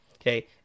Okay